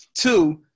Two